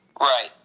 Right